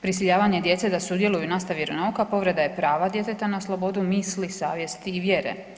Prisiljavanje djece da sudjeluju u nastavi vjeronauka povreda je prava djeteta na slobodu misli, savjesti i vjere.